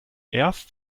erst